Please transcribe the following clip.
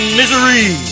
misery